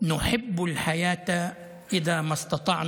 (אומר בערבית ומתרגם:)